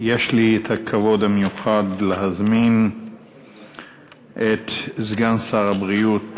יש לי הכבוד המיוחד להזמין את סגן שר הבריאות